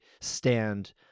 stand